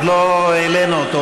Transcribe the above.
עוד לא העלינו אותו.